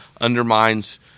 undermines